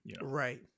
Right